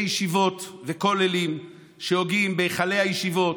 ישיבות וכוללים שהוגים בהיכלי הישיבות,